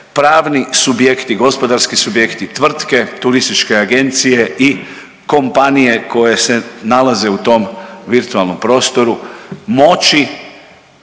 pravni subjekti, gospodarski subjekti, tvrtke, turističke agencije i kompanije koje se nalaze u tom virtualnom prostoru moći,